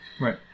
Right